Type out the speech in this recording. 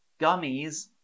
gummies